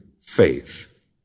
faith